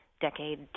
decade